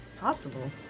Possible